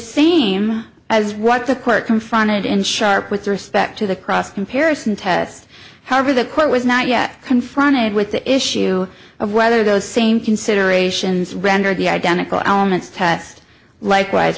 same as what the court confronted in sharp with respect to the cross comparison test however the quote was not yet confronted with the issue of whether those same considerations render the identical elements test likewise